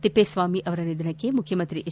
ತಿಪ್ಪೇಸ್ವಾಮಿ ಅವರ ನಿಧನಕ್ಕೆ ಮುಖ್ಯಮಂತ್ರಿ ಎಚ್